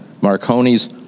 Marconi's